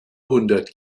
hundert